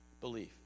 belief